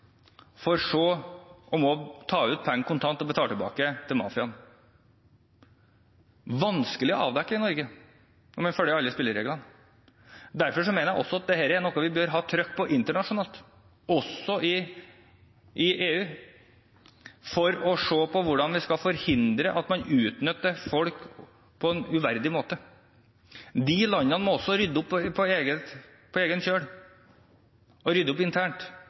for så å måtte ta ut penger kontant og betale tilbake til mafiaen. Det er vanskelig å avdekke i Norge om man følger alle spillereglene. Derfor mener jeg at dette er noe vi bør ha trykk på internasjonalt – også i EU – for å se på hvordan vi skal forhindre at man utnytter folk på en uverdig måte. De landene må også rydde opp på egen kjøl, og rydde opp internt.